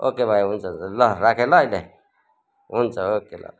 okay भाइ हुन्छ हुन्छ ल राखेँ ल अहिले हुन्छ ओके ल